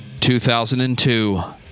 2002